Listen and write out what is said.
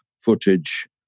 footage